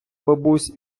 бабусь